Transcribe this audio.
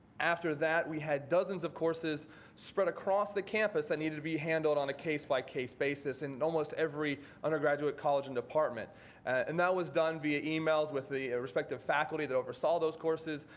after that, we had dozens of courses spread across the campus that needed to be handled on a case by case basis in almost every undergraduate college and department and that was done via emails with the respected faculty that oversaw those courses,